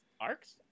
arcs